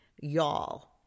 Y'all